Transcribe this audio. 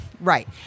right